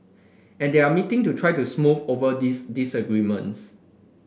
and they are meeting to try to smooth over these disagreements